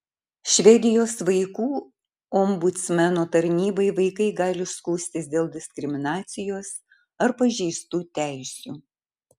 švedijos vaikų ombudsmeno tarnybai vaikai gali skųstis dėl diskriminacijos ar pažeistų teisių